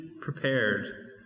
prepared